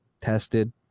Tested